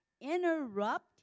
interrupt